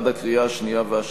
ועד הקריאה השנייה השלישית.